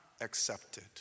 accepted